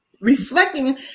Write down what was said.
Reflecting